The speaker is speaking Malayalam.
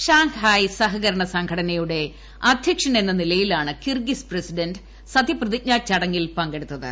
ഷാംങ്ഹായ് സഹകരണ സംഘടനയുടെ അധ്യക്ഷനെന്ന നിലയിൽ ആണ് കിർഗിസ് പ്രസിഡന്റ് സത്യപ്രതിജ്ഞ ചടങ്ങിൽ പങ്കെടുത്തത്